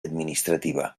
administrativa